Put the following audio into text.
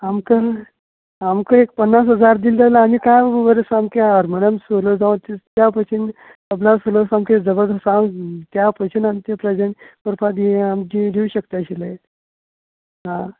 आमकां आमकां एक पन्नास हजार दिले जाल्यार आमी काय बरे सामके हार्मोनियम शो जाव त्या भाशेन लज नासतना सामके त्या भाशेन आमी ते प्रेजेन्ट करपा आमी दिव शकता आशिल्ले आं